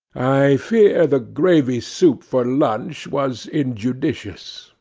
i fear the gravy soup for lunch was injudicious.